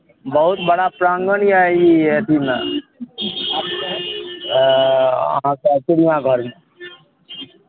बहुत बड़ा प्राङ्गन यए ई अथीमे अहाँके चिड़िआघरमे